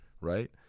right